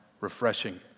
refreshing